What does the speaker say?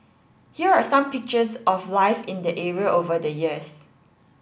here are some pictures of life in the area over the years